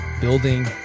building